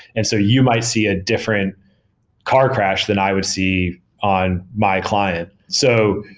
and so you might see a different car crash than i would see on my client. so,